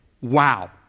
wow